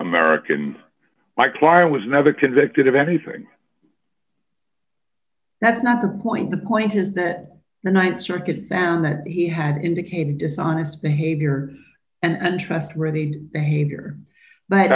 american my client was never convicted of anything that's not the point the point is that the th circuit found that he had indicated dishonest behavior and trustworthy behavior but